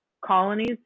colonies